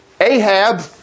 Ahab